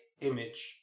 image